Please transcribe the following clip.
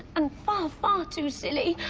and far, far too silly.